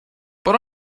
but